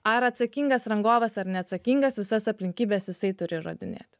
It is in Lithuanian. ar atsakingas rangovas ar neatsakingas visas aplinkybes jisai turi įrodinėti